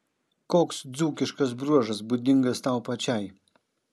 koks dzūkiškas bruožas būdingas tau pačiai